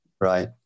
Right